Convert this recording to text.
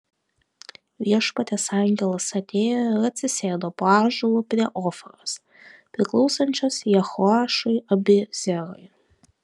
viešpaties angelas atėjo ir atsisėdo po ąžuolu prie ofros priklausančios jehoašui abiezerui